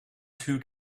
too